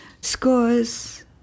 scores